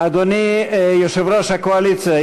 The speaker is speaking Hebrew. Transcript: אדוני יושב-ראש הקואליציה,